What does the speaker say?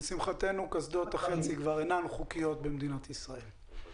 לשמחתנו קסדות החצי כבר אינן חוקיות במדינת ישראל.